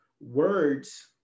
words